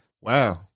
wow